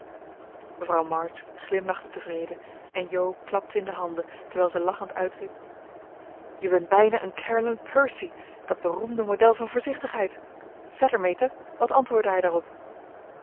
mevrouw march glimlachte tevreden en jo klapte in de handen terwijl ze lachend uitriep je bent bijna een caroline percy dat beroemde model van voorzichtigheid verder meta wat antwoordde hij daarop